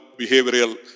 Behavioral